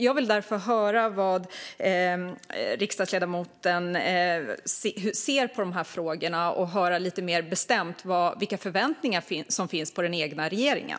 Jag vill därför höra hur riksdagsledamoten ser på de här frågorna och höra lite mer bestämt vilka förväntningar som finns på den egna regeringen.